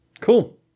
Cool